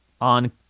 on